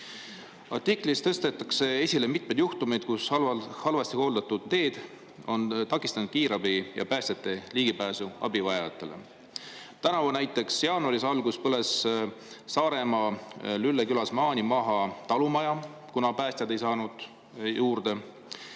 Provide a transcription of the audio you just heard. Artiklis tõstetakse esile mitmeid juhtumeid, kus halvasti hooldatud teed on takistanud kiirabi ja päästjate ligipääsu abivajajatele. Näiteks põles tänavu jaanuari alguses Saaremaal Lülle külas maani maha talumaja, kuna päästjad ei saanud sinna juurde.